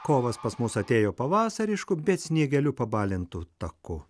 kovas pas mus atėjo pavasarišku bet sniegeliu pabalintų taku